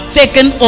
taken